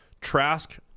Trask